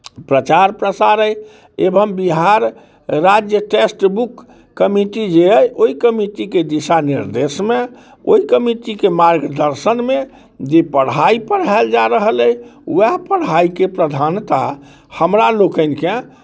प्रचार प्रसार अइ एवम बिहार राज्य टेक्स्टबुक कमिटी जे अइ ओहि कमिटीके दिशा निर्देशमे ओहि कमिटीके मार्गदर्शनमे जे पढ़ाइ पढ़ायल जा रहल अइ उएह पढ़ाइके प्रधानता हमरा लोकनिके